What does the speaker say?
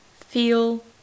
feel